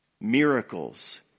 Miracles